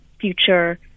future